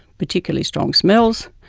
particularly strong smells,